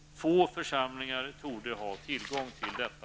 Få församlingar torde ha tillgång till detta.